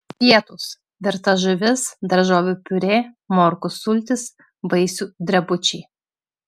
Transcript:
pietūs virta žuvis daržovių piurė morkų sultys vaisių drebučiai